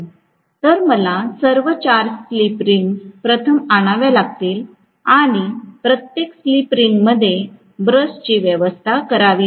तर मला सर्व 4 स्लिप रिंग्ज प्रथम आणाव्या लागतील आणि प्रत्येक स्लिप रिंगमध्ये ब्रशची व्यवस्था असेल